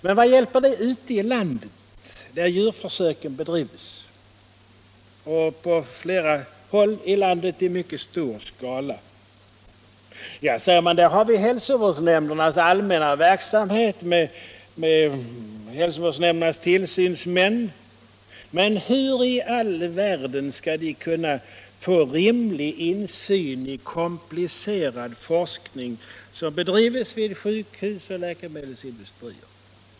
Men vad hjälper det ute i landet, där djurförsöken bedrivs, på flera håll i mycket stor skala? Där har vi hälsovårdsnämndernas allmänna verksamhet, säger man, med dessa nämnders tillsynsmän. Men hur i all världen skall de kunna få rimlig insyn i komplicerad forskning, som bedrivs vid sjukhus och läkemedelsindustrier?